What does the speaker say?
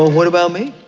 what about me?